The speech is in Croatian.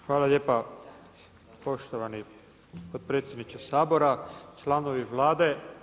Hvala lijepa poštovani potpredsjedniče Sabora, članovi Vlade.